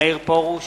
מאיר פרוש,